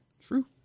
true